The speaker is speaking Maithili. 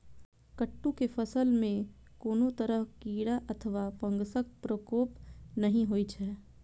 कट्टू के फसल मे कोनो तरह कीड़ा अथवा फंगसक प्रकोप नहि होइ छै